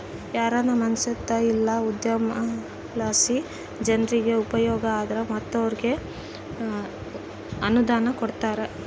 ಯಾರಾನ ಮನ್ಸೇತ ಇಲ್ಲ ಉದ್ಯಮಲಾಸಿ ಜನ್ರಿಗೆ ಉಪಯೋಗ ಆದ್ರ ಅಂತೋರ್ಗೆ ಅನುದಾನ ಕೊಡ್ತಾರ